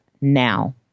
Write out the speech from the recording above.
now